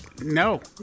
No